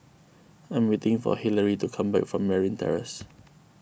I am waiting for Hillary to come back from Merryn Terrace